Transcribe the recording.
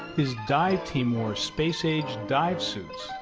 his dive team wore space-age dive suits.